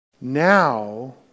now